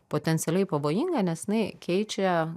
potencialiai pavojinga nes jinai keičia